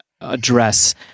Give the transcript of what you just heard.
address